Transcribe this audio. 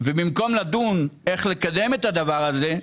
ובמקום לדון איך לקדם את הדבר הזה,